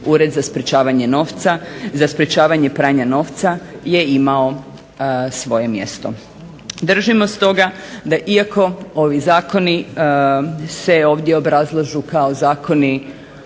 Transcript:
Ured za sprječavanje pranja novca je imao svoje mjesto. Držimo stoga da iako ovi zakoni se ovdje obrazlažu kao zakoni